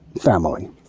family